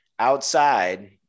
outside